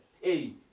hey